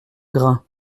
grain